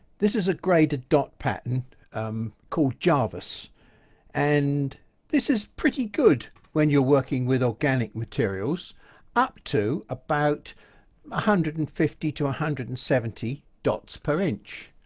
this is a graded dot pattern called jarvis and this is pretty good when you're working with organic materials up to about a hundred and fifty to a hundred and seventy dots per inch